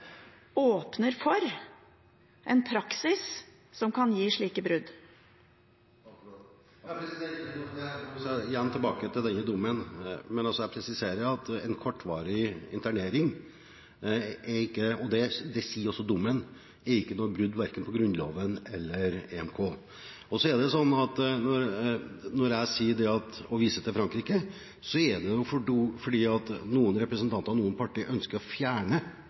åpner for en praksis som kan gi slike brudd. Igjen tilbake til dommen: Jeg presiserer at en kortvarig internering – det sier også dommen – ikke er noe brudd, verken på Grunnloven eller på EMK. Når jeg viser til Frankrike, er det fordi noen representanter og partier ønsker å fjerne